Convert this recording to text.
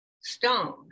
stone